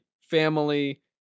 family